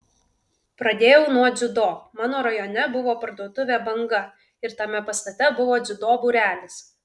pradėjau nuo dziudo mano rajone buvo parduotuvė banga ir tame pastate buvo dziudo būrelis